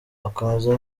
akomeza